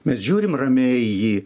mes žiūrim ramiai į jį